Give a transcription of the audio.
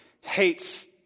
hates